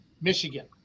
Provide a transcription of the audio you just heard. Michigan